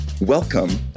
Welcome